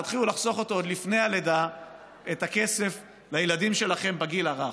תתחילו לחסוך עוד לפני הלידה את הכסף לילדים שלכם בגיל הרך.